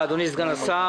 תודה, אדוני סגן השר.